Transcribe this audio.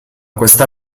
questa